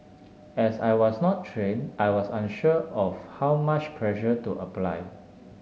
as I was not trained I was unsure of how much pressure to apply